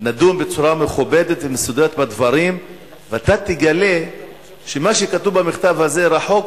נדון בצורה מכובדת ומסודרת בדברים ואתה תגלה שמה שכתוב במכתב הזה רחוק